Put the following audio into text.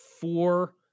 four